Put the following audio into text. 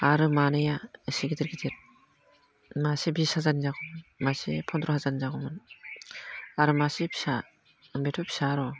आरो मानैआ इसे गिदिर गिदिर मासेया बिस हाजार जागौमोन मासे फन्द्र ' हाजारनि जागौमोन आरो मासे फिसा बेथ' फिसा र'